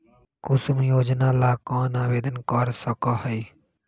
कुसुम योजना ला कौन आवेदन कर सका हई?